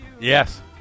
Yes